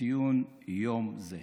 בציון יום זה.